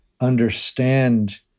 understand